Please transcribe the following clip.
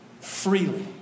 Freely